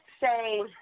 say –